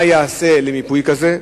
מה ייעשה למיפוי כזה?